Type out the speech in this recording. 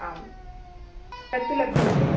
आं ताः तु लभ्यन्ते